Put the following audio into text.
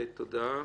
תודה.